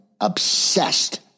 obsessed